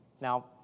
Now